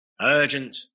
Urgent